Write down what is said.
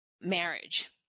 marriage